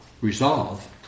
resolve